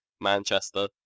manchester